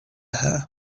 her